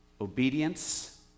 obedience